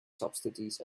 subsidies